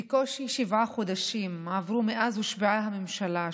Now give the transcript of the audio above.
בקושי שבעה חודשים עברו מאז הושבעה הממשלה.